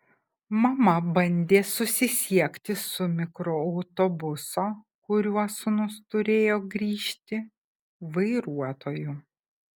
mama bandė susisiekti su mikroautobuso kuriuo sūnus turėjo grįžti vairuotoju